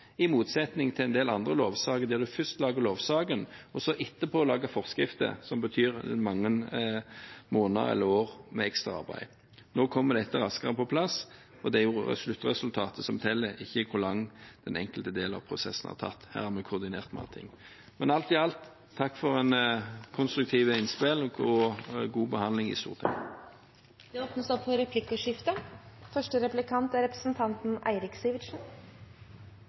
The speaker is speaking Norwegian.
i motsetning til i en del andre lovsaker der man først lager lovsaken, og etterpå lager forskrifter, som betyr mange måneder eller år med ekstra arbeid. Nå kommer dette raskere på plass, og det er jo sluttresultatet som teller, ikke hvor lang tid den enkelte del av prosessen har tatt. Her har vi koordinert flere ting. Men alt i alt: Takk for konstruktive innspill og god behandling i Stortinget. Det blir replikkordskifte.